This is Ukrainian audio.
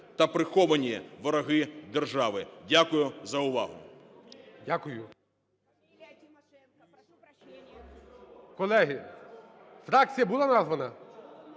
та приховані вороги держави. Дякую за увагу.